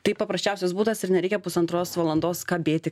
tai paprasčiausias būdas ir nereikia pusantros valandos kabėti